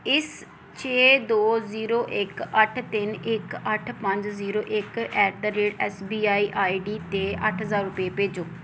ਇਸ ਛੇ ਦੋ ਜ਼ੀਰੋ ਇੱਕ ਅੱਠ ਤਿੰਨ ਇੱਕ ਅੱਠ ਪੰਜ ਜ਼ੀਰੋ ਇੱਕ ਐਟ ਦਾ rate S B I I D 'ਤੇ ਅੱਠ ਹਜ਼ਾਰ ਰੁਪਏ ਭੇਜੋ